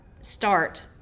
start